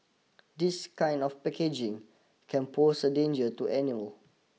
this kind of packaging can pose a danger to animal